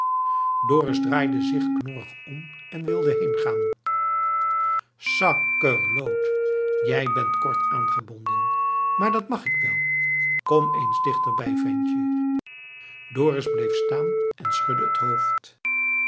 dorus draaide zich knorrig om en wilde heengaan sakkerloot jij bent kort aangebonden maar dat mag ik wel kom eens dichter bij ventje dorus bleef staan en schudde het hoofd